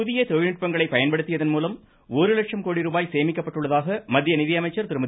புதிய தொழில்நுட்பங்களைப் பயன்படுத்தியதன்மூலம் ஒரு லட்சம் கோடி ருபாய் சேமிக்கப்பட்டுள்ளதாக மத்திய நிதியமைச்சர் திருமதி